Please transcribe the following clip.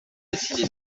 décidé